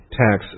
tax